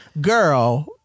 girl